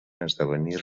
esdevenir